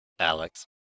Alex